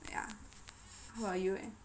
ya how about you eh